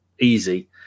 Easy